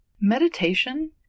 Meditation